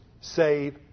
save